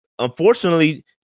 Unfortunately